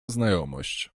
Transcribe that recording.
znajomość